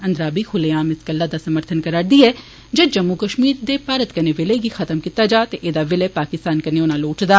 अन्दाबी खुल्ले आम इस गल्ला दा समर्थन करदी ऐ जे जम्मू कश्मीर दे भारत कन्नै विलय गी खत्म कीत्ता जा ते ऐदा विलय पाकिस्तान कन्नै होना लोढ़चदा